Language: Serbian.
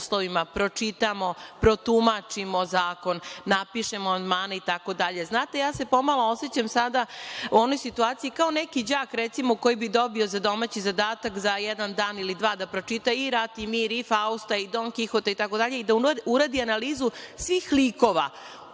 neuslovima, pročitamo, protumačimo zakon, napišemo amandmane itd. Znate, ja se pomalo osećam sada u onoj situaciji kao neki đak, recimo, koji bi dobio za domaći zadatak da za jedan ili dva dana pročita i „Rat i mir“ i „Fausta“ i „Don Kihota“ i da uradi analizu svih likova